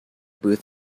booth